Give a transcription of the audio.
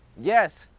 Yes